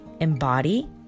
embody